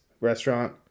restaurant